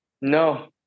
No